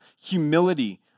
humility